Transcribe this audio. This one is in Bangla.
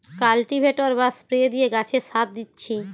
কাল্টিভেটর বা স্প্রে দিয়ে গাছে সার দিচ্ছি